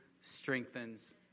strengthens